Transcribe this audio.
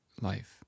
life